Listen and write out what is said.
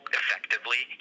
effectively